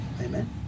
Amen